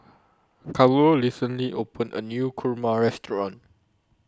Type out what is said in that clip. Carlo recently opened A New Kurma Restaurant